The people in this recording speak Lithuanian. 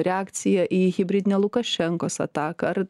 reakcija į hibridinę lukašenkos ataką ar